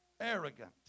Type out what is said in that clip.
Arrogant